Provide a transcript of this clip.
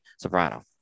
Soprano